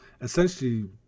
essentially